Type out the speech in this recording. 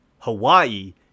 Hawaii